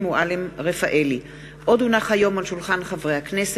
בנימין בן-אליעזר, משה מזרחי,